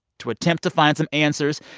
to attempt to find some answers,